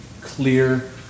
clear